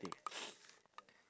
~thing